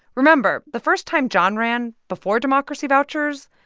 remember, the first time jon ran, before democracy vouchers,